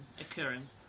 occurring